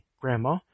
GRANDMA